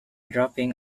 dropping